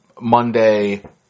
Monday